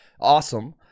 Awesome